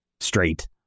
straight